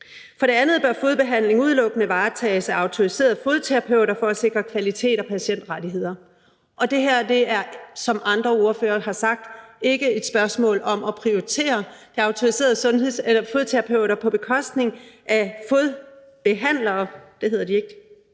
For det andet bør fodbehandling udelukkende varetages af autoriserede fodterapeuter for at sikre kvalitet og patientrettigheder. Og det her er, som andre ordførere har sagt, ikke et spørgsmål om at prioritere de autoriserede fodterapeuter på bekostning af fodbehandlere – det hedder de ikke,